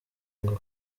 ngo